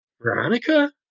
Veronica